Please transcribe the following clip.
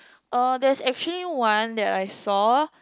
uh there is actually one that I saw